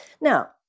Now